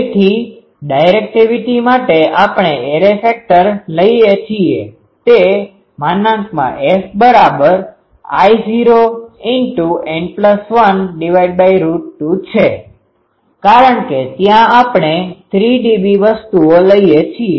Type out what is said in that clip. તેથી ડાયરેકટીવીટી માટે આપણે એરે ફેક્ટર લઈએ છીએ તે FI૦2N1 છે કારણકે ત્યાં આપણે 3dB વસ્તુઓ લઈએ છીએ